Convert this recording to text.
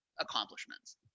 accomplishments